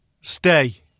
Stay